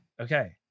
Okay